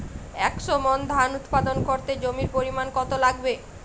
একশো মন ধান উৎপাদন করতে জমির পরিমাণ কত লাগবে?